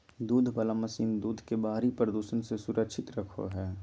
दूध वला मशीन दूध के बाहरी प्रदूषण से सुरक्षित रखो हइ